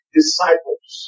disciples